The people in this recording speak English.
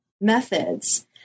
methods